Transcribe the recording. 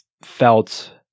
felt